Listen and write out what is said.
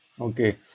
Okay